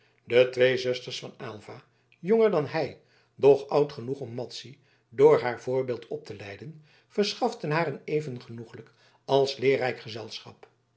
de twee zusters van aylva jonger dan hij doch oud genoeg om madzy door haar voorbeeld op te leiden verschaften haar een even genoeglijk als leerrijk gezelschap